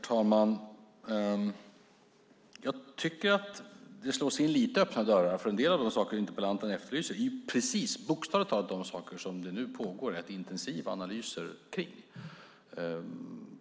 Herr talman! Jag tycker att det slås in lite öppna dörrar. För en del av de saker interpellanten efterlyser är precis, bokstavligt talat, de saker som det nu pågår rätt intensiva analyser kring.